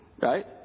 right